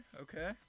Okay